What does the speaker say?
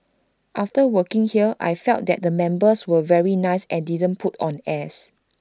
after working here I felt that the members were very nice and didn't put on airs